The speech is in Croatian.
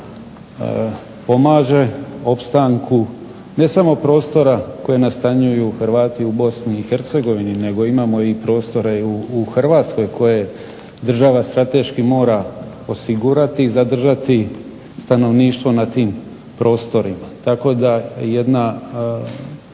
subjektima pomaže opstanku ne samo prostora koje nastanjuju Hrvati u Bosni i Hercegovini, nego imamo i prostore i u Hrvatskoj koje država strateški mora osigurati i zadržati stanovništvo na tim prostorima.